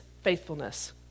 faithfulness